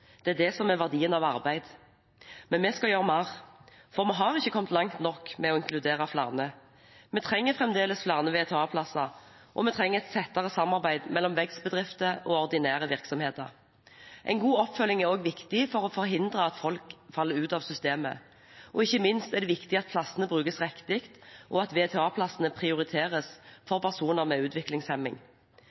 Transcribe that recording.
Det er det som er verdien av arbeid. Men vi skal gjøre mer, for vi har ikke kommet langt nok med å inkludere flere. Vi trenger fremdeles flere VTA-plasser, og vi trenger et tettere samarbeid mellom vekstbedrifter og ordinære virksomheter. En god oppfølging er også viktig for å forhindre at folk faller ut av systemet. Ikke minst er det viktig at plassene brukes riktig, og at VTA-plassene prioriteres for personer med